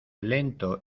lento